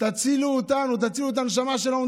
תצילו אותנו, תצילו את הנשמה שלנו.